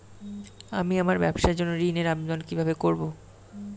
আমি আমার ব্যবসার জন্য ঋণ এর আবেদন কিভাবে করব?